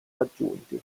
raggiunti